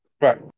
Right